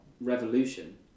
revolution